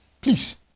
please